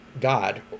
God